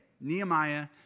Nehemiah